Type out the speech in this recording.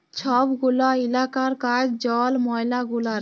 ছব গুলা ইলাকার কাজ জল, ময়লা গুলার